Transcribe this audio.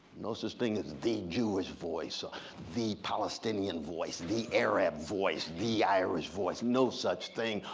no such thing as the jewish voice, or the palestinian voice, the arab voice, the irish voice. no such thing,